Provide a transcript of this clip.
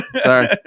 Sorry